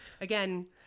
again